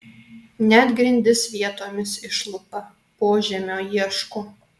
net grindis vietomis išlupa požemio ieško